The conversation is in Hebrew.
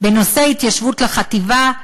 בנושא ההתיישבות לחטיבה,